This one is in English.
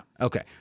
Okay